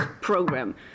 Program